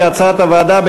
כהצעת הוועדה,